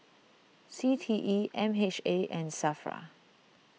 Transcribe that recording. C T E M H A and Safra